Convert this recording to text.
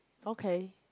okay